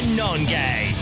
non-gay